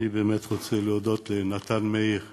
אני באמת רוצה להודות לנתן מאיר מעתניאל,